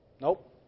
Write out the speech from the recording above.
Nope